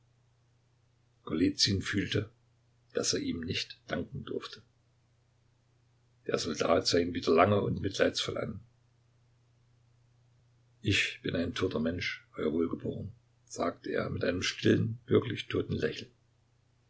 fühlte daß er ihm nicht danken durfte der soldat sah ihn wieder lange und mitleidsvoll an ich bin ein toter mensch euer wohlgeboren sagte er mit einem stillen wirklich toten lächeln